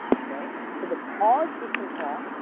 ok, so the pause system call,